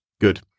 Good